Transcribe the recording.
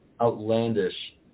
outlandish